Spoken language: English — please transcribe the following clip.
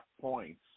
points